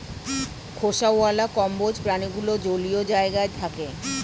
খোসাওয়ালা কম্বোজ প্রাণীগুলো জলীয় জায়গায় থাকে